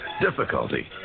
Difficulty